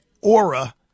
aura